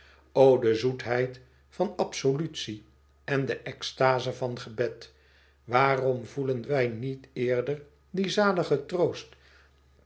de zoetheid van absolutie en de extaze van gebed waarom voelen wij niet eerder dien zaligen troost